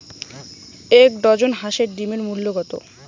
এক ডজন হাঁসের ডিমের মূল্য কত?